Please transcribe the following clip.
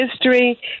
history